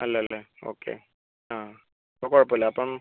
അല്ല അല്ലേ ഓക്കെ ആ അപ്പം കുഴപ്പമില്ല അപ്പം